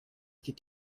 could